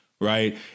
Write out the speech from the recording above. right